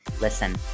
Listen